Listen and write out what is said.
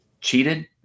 cheated